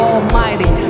Almighty